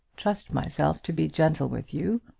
trust myself to be gentle with you,